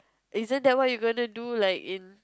isn't that what you gonna do like in